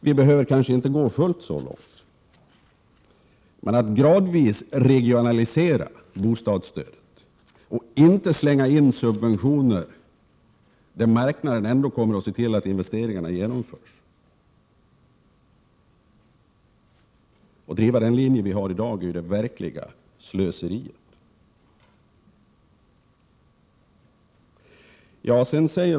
Vi behöver kanske inte gå fullt så långt, men vi bör gradvis regionalisera bostadsstödet och inte slänga in subventioner, där marknaden ändå kommer att se till att investeringarna genomförs. Att driva dagens linje är ju det verkliga slöseriet.